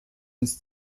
ins